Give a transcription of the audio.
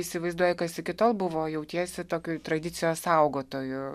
įsivaizduoja kas iki tol buvo jautiesi tokių tradicijų saugotoju